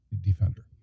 defender